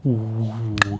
oo